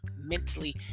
mentally